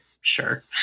sure